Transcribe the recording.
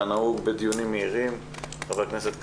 כנהוג בדיונים מהירים, חבר הכנסת כסיף,